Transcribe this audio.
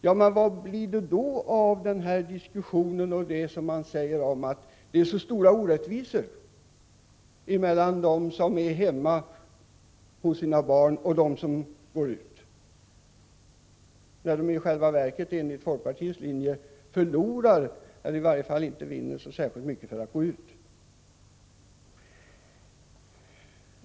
Ja, men vad blir det då av diskussionen om att det är så stora orättvisor mellan dem som är hemma hos sina barn och dem som går ut i arbetslivet, när de i själva verket enligt folkpartiets linje förlorar eller i varje fall inte vinner särskilt mycket på att gå ut?